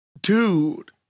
Dude